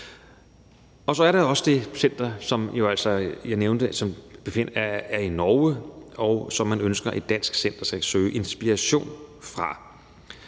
Så er der også det center, som jeg nævnte, som ligger i Norge, og som man ønsker at et dansk center skal søge inspiration fra.